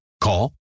Call